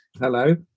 Hello